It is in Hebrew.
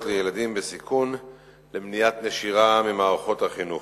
לילדים בסיכון למניעת נשירה ממערכות החינוך.